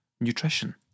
nutrition